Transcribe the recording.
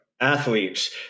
athletes